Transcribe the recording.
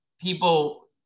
people